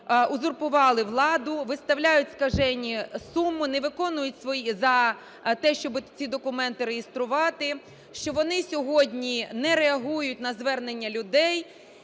узурпували владу, виставляють скажені суми, не виконують свої… за те, щоб ці документи реєструвати. Що вони сьогодні не реагують на звернення людей,